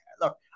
look